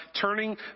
turning